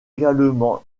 également